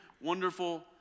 wonderful